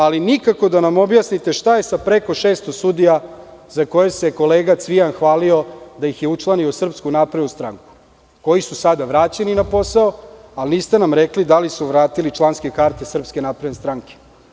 Ali, nikako da nam objasnite šta je sa preko 600 sudija za koje se kolega Cvijan hvalio da ih je učlanio u SNS, koji su sada vraćeni na posao, ali niste nam rekli da li su vratili članske karte SNS.